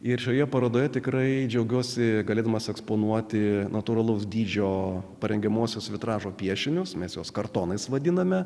ir šioje parodoje tikrai džiaugiuosi galėdamas eksponuoti natūralaus dydžio parengiamuosius vitražo piešinius misijos kartonais vadiname